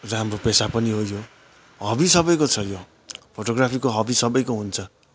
राम्रो पेसा पनि हो यो हबी सबैको छ यो फोटोग्राफीको हबी सबैको हुन्छ